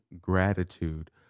gratitude